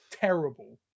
terrible